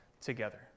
together